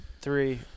three